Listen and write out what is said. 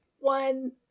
One